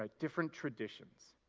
like different traditions.